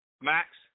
Max